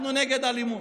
אנחנו נגד אלימות,